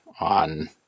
on